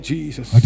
Jesus